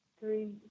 three